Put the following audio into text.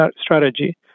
strategy